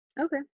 Okay